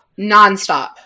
Nonstop